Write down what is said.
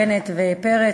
בנט ופרץ,